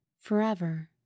forever